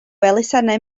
elusennau